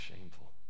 shameful